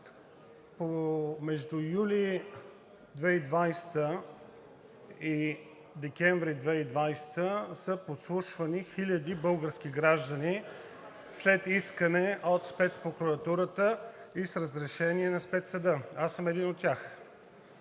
Между юли 2020 г. и декември 2020 г. са подслушвани хиляди български граждани след искане от Спецпрокуратурата и с разрешение на Спецсъда. Аз съм един от тях.